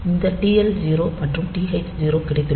இந்த TL0 மற்றும் TH0 கிடைத்துள்ளன